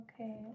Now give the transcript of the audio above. okay